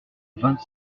vingt